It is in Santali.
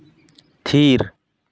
ᱛᱷᱤᱨ